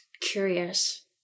curious